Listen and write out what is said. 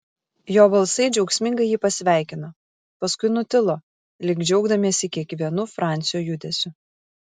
jo balsai džiaugsmingai jį pasveikino paskui nutilo lyg džiaugdamiesi kiekvienu francio judesiu